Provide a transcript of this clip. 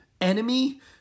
Enemy